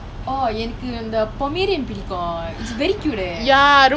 oh எனக்கு அந்த:enakku antha pomeranian பிடிக்கும்:pidikkum it's very cute eh